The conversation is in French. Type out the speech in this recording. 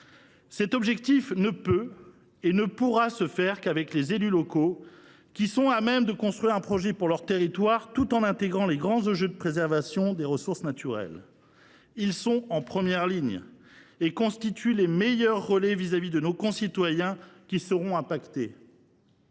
Cet objectif ne pourra être atteint qu’avec les élus locaux, seuls à même de construire un projet pour leur territoire tout en intégrant les grands enjeux de préservation des ressources naturelles. Ils sont en première ligne et constituent les meilleurs relais vis à vis de ceux de nos concitoyens qui seront affectés.